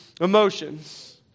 emotions